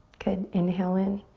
good, inhale in.